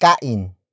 Kain